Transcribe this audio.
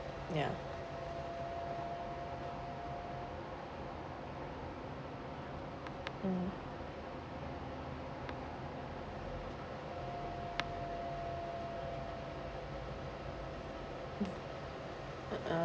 ya mm uh